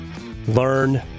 learn